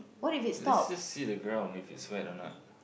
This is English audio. let's just see the ground if it's wet or not